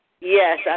Yes